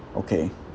okay